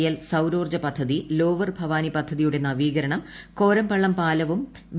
L സൌരോർജ്ജ പദ്ധതി lower Bhavani പദ്ധതിയുടെ നവീകരണം കോരംപള്ളം പാലവും വി